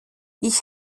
ich